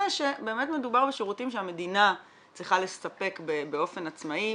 שבאמת מדובר בשירותים שהמדינה צריכה לספק באופן עצמאי.